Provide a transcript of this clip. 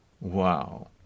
Wow